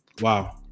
Wow